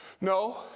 no